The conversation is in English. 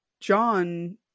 John